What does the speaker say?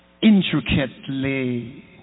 intricately